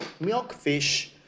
milkfish